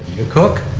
you cook.